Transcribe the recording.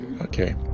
Okay